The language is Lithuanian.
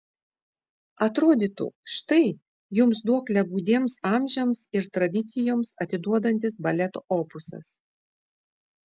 atrodytų štai jums duoklę gūdiems amžiams ir tradicijoms atiduodantis baleto opusas